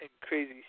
Crazy